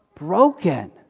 Broken